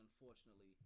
unfortunately